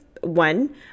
one